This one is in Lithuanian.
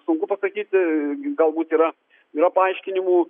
sunku pasakyti galbūt yra jo paaiškinimų